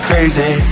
Crazy